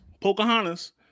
Pocahontas